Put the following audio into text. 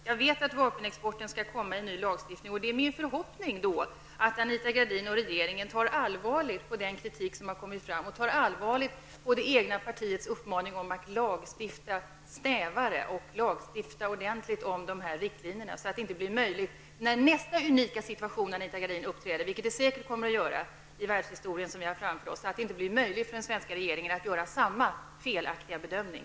Jag vet att vapenexporten skall tas upp i en ny lagstiftning, och det är min förhoppning att Anita Gradin och regeringen då tar allvarligt på den kritik som har kommit fram och tar allvarligt på det egna partiets uppmaning om att man skall lagstifta så att säga snävare och ordentligt om dessa riktlinjer, så att det inte -- vid nästa unika situation, som säkert kommer att inträffa i världshistorien som vi har framför oss -- blir möjligt för den svenska regeringen att göra samma felaktiga bedömning.